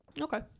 Okay